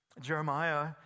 Jeremiah